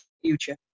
future